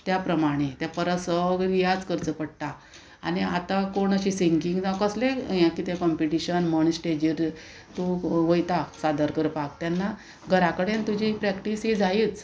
त्या प्रमाणें तें परत सगळें रियाज करचो पडटा आनी आतां कोण अशी सिंगींग जावं कसलेंय हें कितें कंपिटिशन म्हण स्टेजीर तूं वयता सादर करपाक तेन्ना घराकडेन तुजी प्रॅक्टीस ही जायीच